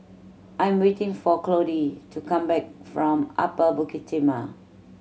I am waiting for Claudie to come back from Upper Bukit Timah